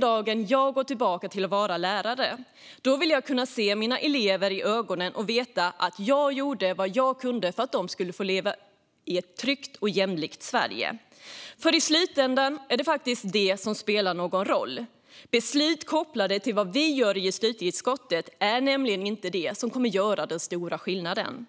då jag går tillbaka till att vara lärare vill jag nämligen kunna se mina elever i ögonen och veta att jag gjorde vad jag kunde för att de skulle få leva i ett tryggt och jämlikt Sverige. I slutändan är det faktiskt det som spelar någon roll. Beslut kopplade till vad vi gör i justitieutskottet är inte det som kommer göra den stora skillnaden.